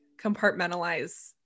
compartmentalize